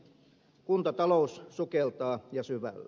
kuntatalous sukeltaa ja syvälle